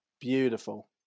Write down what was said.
Beautiful